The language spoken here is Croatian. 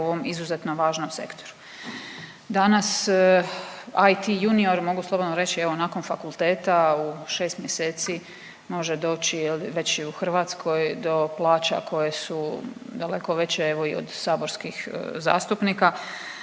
u ovom izuzetno važnom sektoru. Danas, IT junior, mogu slobodno reći, evo, nakon fakulteta u 6 mjeseci može doći već i u Hrvatskoj do plaća koje su daleko veće i od saborskih zastupnika